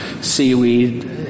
Seaweed